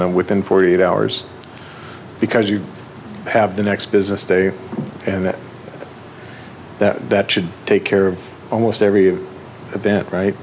then within forty eight hours because you have the next business day and that that should take care of almost every event right